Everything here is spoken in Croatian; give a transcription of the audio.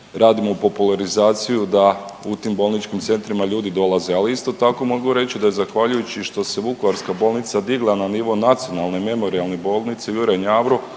radimo popularizaciju da u tim bolničkim centrima ljudi dolaze, ali isto tako mogu reći da je zahvaljujući što se vukovarska bolnica digla na nivo nacionalne memorijalne bolnice Juraj Njavro